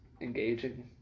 engaging